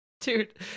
Dude